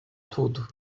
tudo